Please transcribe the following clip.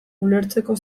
ulertzeko